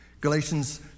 Galatians